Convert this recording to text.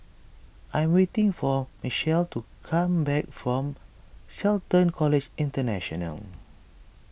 I am waiting for Mychal to come back from Shelton College International